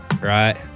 Right